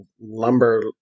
lumber